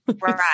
Right